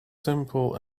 simple